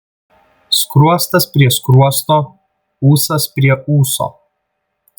skruostas prie skruosto ūsas prie ūso